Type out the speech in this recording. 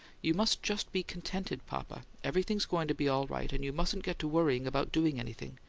you must just be contented, papa. everything's going to be all right, and you mustn't get to worrying about doing anything.